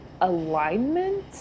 alignment